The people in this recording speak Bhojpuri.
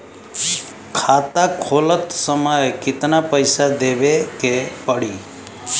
खाता खोलत समय कितना पैसा देवे के पड़ी?